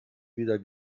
weder